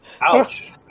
Ouch